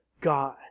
God